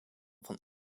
van